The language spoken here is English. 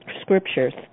scriptures